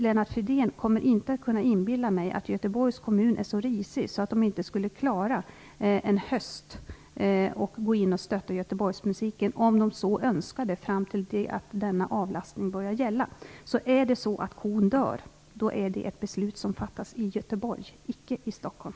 Lennart Fridén kommer inte att kunna inbilla mig att Göteborgs kommun är så risig att man inte skulle klara att stötta Göteborgsmusiken under en höst, om man så önskade, fram till det att denna avlastning börjar gälla. Är det så att kon dör så är det ett beslut som fattas i Göteborg - icke i Stockholm.